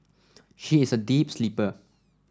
she is a deep sleeper